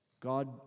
God